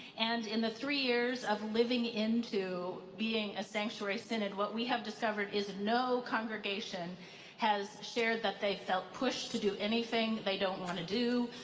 and in the three years of living into being a sanctuary synod, what we have discovered is no congregation has shared that they felt pushed to do anything they don't want to do.